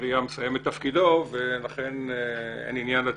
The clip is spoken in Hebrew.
העירייה מסיים את תפקידו ולכן אין עניין לציבור.